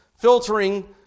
filtering